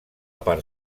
part